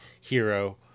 hero